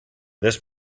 this